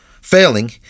Failing